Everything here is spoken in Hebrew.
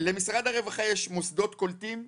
למשרד הרווחה יש מוסדות קולטים,